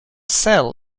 cell